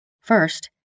First